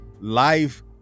life